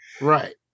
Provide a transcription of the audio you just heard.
Right